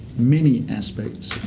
many aspects,